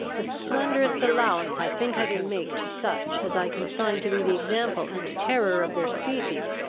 the slenderest allowance i think i can make to such as i consign to be the example and terror of their species,